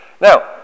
Now